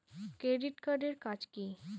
Credit card এর কাজ কি?